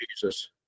Jesus